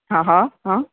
હા હા